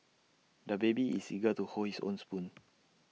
the baby is eager to hold his own spoon